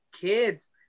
kids